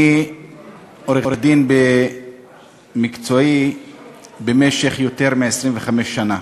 אני עורך-דין במקצועי במשך יותר מ-25 שנה.